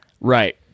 Right